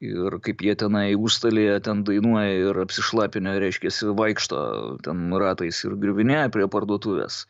ir kaip jie tenai užstalėje ten dainuoja ir apsišlapinę reiškiasi vaikšto ten ratais ir griuvinėja prie parduotuvės